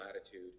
attitude